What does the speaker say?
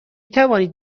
توانید